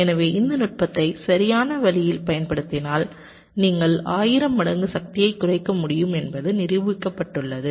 எனவே இந்த நுட்பத்தை சரியான வழியில் பயன்படுத்தினால் நீங்கள் 1000 மடங்கு சக்தியைக் குறைக்க முடியும் என்பது நிரூபிக்கப்பட்டுள்ளது